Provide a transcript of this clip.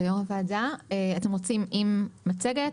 אתם רוצים עם מצגת?